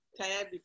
tired